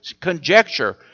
conjecture